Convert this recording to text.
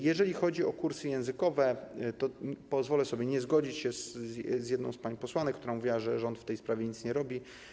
Jeżeli chodzi o kursy językowe, to pozwolę sobie nie zgodzić się z jedną z pań posłanek, która mówiła, że rząd w tej sprawie nic nie robi.